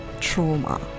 trauma